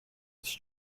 its